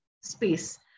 space